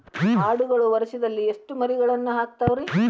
ಆಡುಗಳು ವರುಷದಲ್ಲಿ ಎಷ್ಟು ಮರಿಗಳನ್ನು ಹಾಕ್ತಾವ ರೇ?